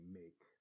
make